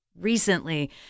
Recently